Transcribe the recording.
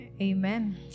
amen